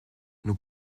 nous